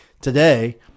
today